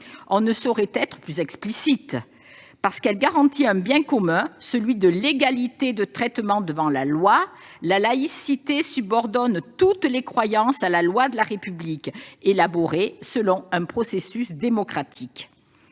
On ne saurait être plus explicite : parce qu'elle garantit un bien commun- l'égalité de traitement devant la loi -, la laïcité subordonne toutes les croyances à la loi de la République, élaborée selon un processus démocratique.